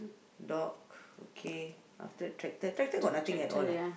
dog okay after that tractor tractor got nothing at all ah